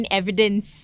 evidence